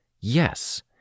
Yes